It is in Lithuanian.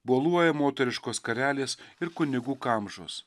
boluoja moteriškos skarelės ir kunigų kamžos